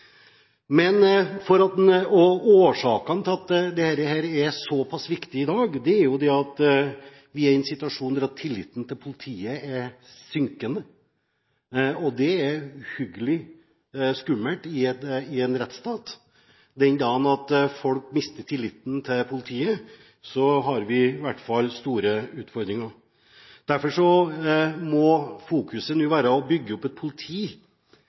til at dette er såpass viktig i dag, er at vi er i en situasjon der tilliten til politiet er synkende. Og det er uhyggelig skummelt i en rettsstat. Den dagen folk mister tilliten til politiet, har vi i hvert fall store utfordringer. Derfor må en fokusere på å bygge opp et politi